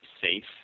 safe